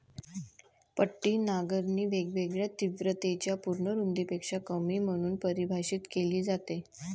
पट्टी नांगरणी वेगवेगळ्या तीव्रतेच्या पूर्ण रुंदीपेक्षा कमी म्हणून परिभाषित केली जाते